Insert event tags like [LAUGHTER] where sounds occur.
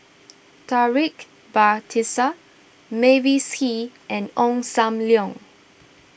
[NOISE] Taufik Batisah Mavis Hee and Ong Sam Leong